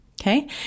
okay